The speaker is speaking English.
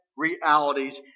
realities